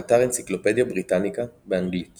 באתר אנציקלופדיה בריטניקה באנגלית